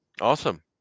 Awesome